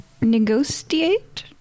Negotiate